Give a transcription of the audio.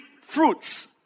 fruits